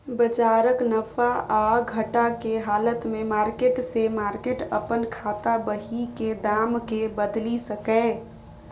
बजारक नफा आ घटा के हालत में मार्केट से मार्केट अपन खाता बही के दाम के बदलि सकैए